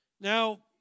Now